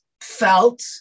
felt